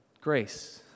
Grace